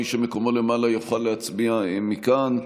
מי שמקומו למעלה יוכל להצביע מכאן.